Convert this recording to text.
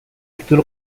título